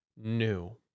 new